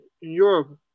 Europe